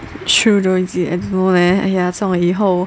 true though is it I don't know leh !aiya! 算了以后